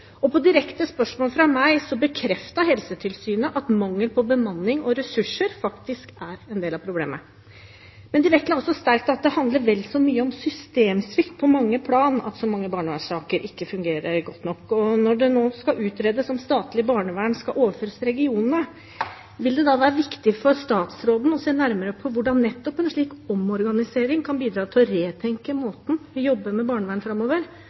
i. På direkte spørsmål fra meg bekreftet Helsetilsynet at mangel på bemanning og ressurser faktisk er en del av problemet. Men de vektla også sterkt at det handler vel så mye om systemsvikt på mange plan at så mange barnevernssaker ikke fungerer godt nok. Når det nå skal utredes om statlig barnevern skal overføres til regionene, vil det da være viktig for statsråden å se nærmere på hvordan nettopp en slik omorganisering kan bidra til å retenke måten vi jobber med barnevern på framover,